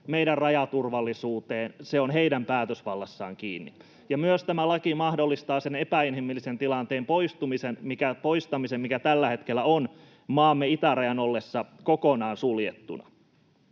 meidän rajaturvallisuuteen, on heidän päätösvallassaan kiinni. Tämä laki myös mahdollistaa sen epäinhimillisen tilanteen poistamisen, mikä tällä hetkellä on maamme itärajan ollessa kokonaan suljettuna.